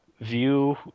view